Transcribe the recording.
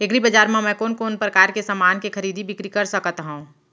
एग्रीबजार मा मैं कोन कोन परकार के समान के खरीदी बिक्री कर सकत हव?